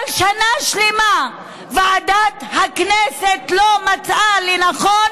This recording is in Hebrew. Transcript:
אבל שנה שלמה ועדת הכנסת לא מצאה לנכון